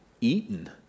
eaten